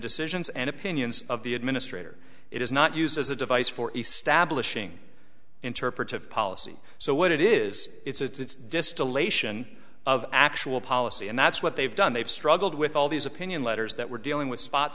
decisions and opinions of the administrator it is not used as a device for establishing interpretive policy so what it is it's distillation of actual policy and that's what they've done they've struggled with all these opinion letters that were dealing with spot